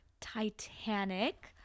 Titanic